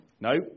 No